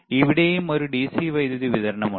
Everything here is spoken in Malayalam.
ഇവിടെയും ഒരു ഡിസി വൈദ്യുതി വിതരണം ഉണ്ട്